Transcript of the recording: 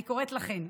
אני קוראת לכן,